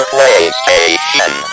PlayStation